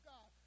God